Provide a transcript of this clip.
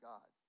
God